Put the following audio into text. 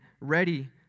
ready